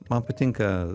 man patinka